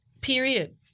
Period